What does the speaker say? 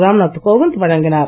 ராம்நாத் கோவிந்த் வழங்கினார்